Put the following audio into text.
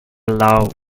low